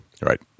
Right